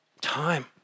Time